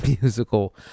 musical